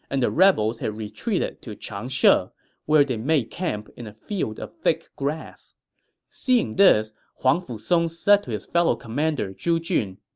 and the rebels had retreated to changshe, ah where they made camp in a field of thick grass seeing this, huangfu song said to his fellow commander zhu jun,